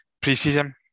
pre-season